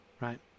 right